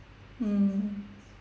hmm